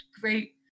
great